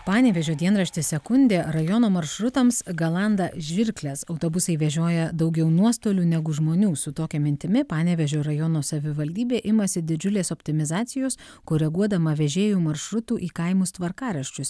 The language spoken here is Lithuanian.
panevėžio dienraštis sekundė rajono maršrutams galanda žirkles autobusai vežioja daugiau nuostolių negu žmonių su tokia mintimi panevėžio rajono savivaldybė imasi didžiulės optimizacijos koreguodama vežėjų maršrutų į kaimus tvarkaraščius